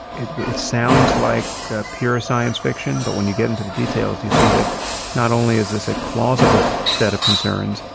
it it sounds like ah pure science fiction, but when you get into the details, you see that not only is this a plausible set of concerns,